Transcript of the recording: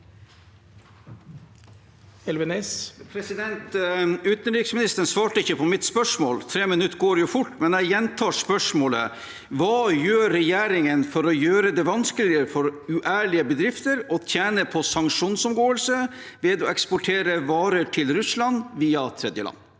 Utenriksministeren svarte ikke på mitt spørsmål. Tre minutter går jo fort, men jeg gjentar spørsmålet: Hva gjør regjeringen for å gjøre det vanskeligere for uærlige bedrifter å tjene på sanksjonsomgåelse ved å eksportere varer til Russland via tredjeland?